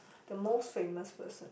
the most famous person